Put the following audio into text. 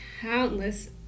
countless